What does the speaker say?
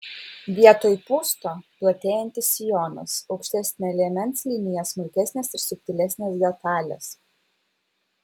vietoj pūsto platėjantis sijonas aukštesnė liemens linija smulkesnės ir subtilesnės detalės